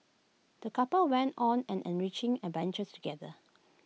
the couple went on an enriching adventures together